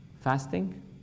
Fasting